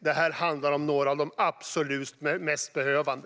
Det handlar om några av de absolut mest behövande.